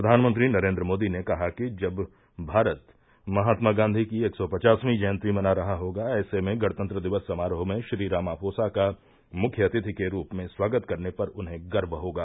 प्रधानमंत्री नरेंद्र मोदी ने कहा कि जब भारत महात्मा गांधी की एक सौ पचासवीं जयंती मना रहा होगा ऐसे में गणतंत्र दिवस समारोह में श्री रामाफोसा का मुख्य अतिथि के रूप में स्वागत करने पर उन्हें गर्व होगा